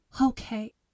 Okay